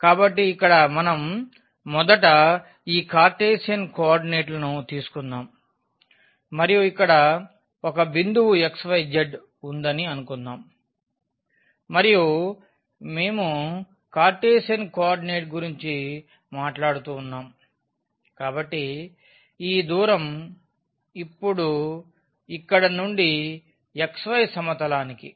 కాబట్టి ఇక్కడ మనం మొదట ఈ కార్టీసియన్ కోఆర్డినేట్లను తీసుకుందాం మరియు ఇక్కడ ఒక బిందువు xyz ఉందని అనుకుందాం మరియు మేము కార్టీసియన్ కోఆర్డినేట్ గురించి మాట్లాడుతూ ఉన్నాం కాబట్టి ఈ దూరం ఇప్పుడు ఇక్కడ నుండి సమతలం xy వరకు